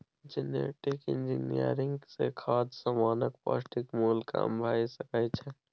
genetic engineering सँ खाद्य समानक पौष्टिक मुल्य कम भ सकै छै